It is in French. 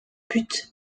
but